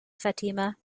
fatima